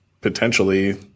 Potentially